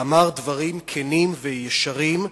ואמר דברים כנים וישרים,